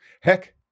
Heck